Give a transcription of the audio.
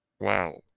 Wow